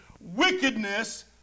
wickedness